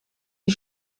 die